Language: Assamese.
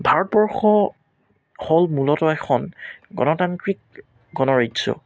ভাৰতবৰ্ষ হ'ল মূলতঃ এখন গনতান্ত্ৰিক গণৰাজ্য